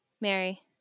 Mary